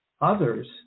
Others